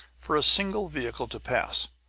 for a single vehicle to pass.